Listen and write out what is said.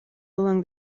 along